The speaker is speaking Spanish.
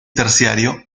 terciario